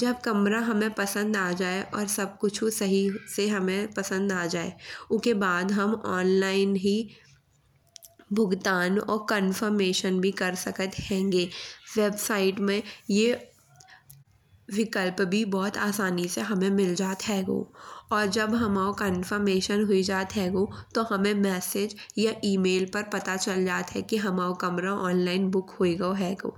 जब कमरा हमे पसंद आ जाये और सब कुछु सही से हमे पसंद आ जाये उके बाद हम ऑनलाइन ही भुगतान और कन्फर्मेशन भी कर सकत हेन्गे। वेबसाइट में ये विकल्प भी बहुत आसानी से हमे मिल जात हेगो। और जब हमाओ कन्फर्मेशन हुई जात हेगो तो हमे मैसेज या ईमेल पर पता चल जात है कि हमाओ कमरा ऑनलाइन बुक हुई गओ हेगो।